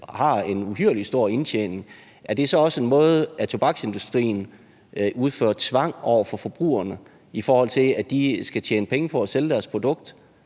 har en uhyrlig stor indtjening. Er det så også en måde, tobaksindustrien udfører tvang på over for forbrugerne, i forhold til at de skal tjene penge på at sælge deres produkt?